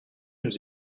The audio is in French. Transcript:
nous